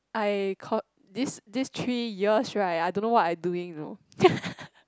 I these these three years right I don't know what I doing you know